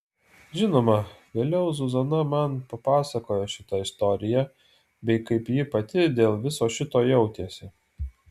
žinoma vėliau zuzana man papasakojo šitą istoriją bei kaip ji pati dėl viso šito jautėsi